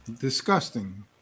Disgusting